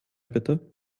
bitte